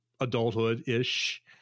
adulthood-ish